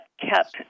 kept